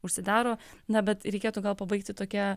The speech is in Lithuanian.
užsidaro na bet reikėtų gal pabaigti tokia